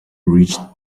reached